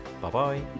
Bye-bye